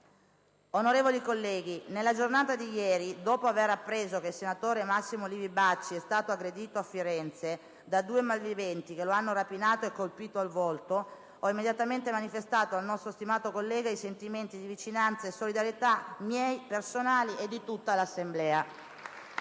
Onorevoli colleghi, nella giornata di ieri, dopo aver appreso che il senatore Massimo Livi Bacci è stato aggredito a Firenze da due malviventi che lo hanno rapinato e colpito al volto, ho immediatamente manifestato al nostro stimato collega i sentimenti di vicinanza e solidarietà miei personali e di tutta l'Assemblea.